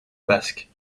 basque